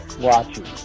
watching